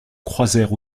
croisèrent